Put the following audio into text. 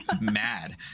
mad